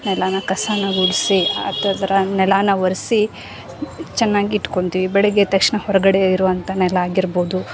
ನೆಲಾನ ಕಸಾನ ಗುಡ್ಸಿ ನೆಲಾನ ವರ್ಸಿ ಚೆನ್ನಾಗಿಟ್ಕೊಳ್ತೀವಿ ಬೆಳಗ್ಗೆ ಎದ್ದ ತಕ್ಷಣ ಹೊರಗಡೆ ಇರುವಂಥ ನೆಲ ಆಗಿರ್ಬೋದು